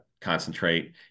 concentrate